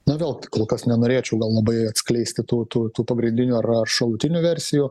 nu vėl tai kol kas nenorėčiau gal labai atskleisti tų tų tų pagrindinių ar ar šalutinių versijų